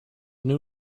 new